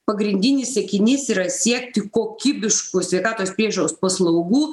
pagrindinis siekinys yra siekti kokybiškų sveikatos priežiūros paslaugų